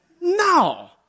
No